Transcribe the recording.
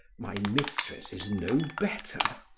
my mistress is no better.